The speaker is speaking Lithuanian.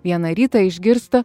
vieną rytą išgirsta